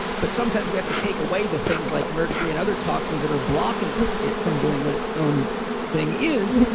but sometimes we have to take away the things like mercury and other toxins that are blocking it it from doing what its own thing is.